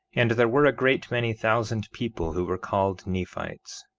and there were a great many thousand people who were called nephites,